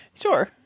Sure